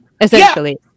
essentially